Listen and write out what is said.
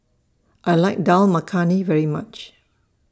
I like Dal Makhani very much